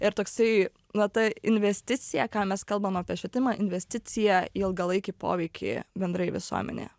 ir toksai na ta investicija ką mes kalbam apie švietimą investiciją į ilgalaikį poveikį bendrai visuomenėje